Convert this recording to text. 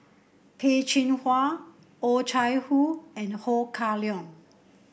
Peh Chin Hua Oh Chai Hoo and Ho Kah Leong